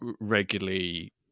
regularly